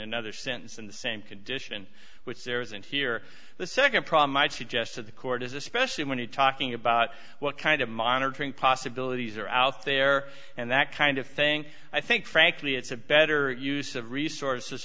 another sense in the same condition which there isn't here the nd problem might suggest that the court is especially when you're talking about what kind of monitoring possibilities are out there and that kind of thing i think frankly it's a better use of resources